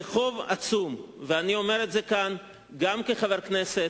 זה חוב עצום, ואני אומר את זה כאן גם כחבר הכנסת,